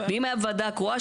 ואם היה בוועדה הקרואה,